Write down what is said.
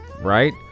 right